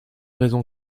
raisons